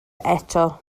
eto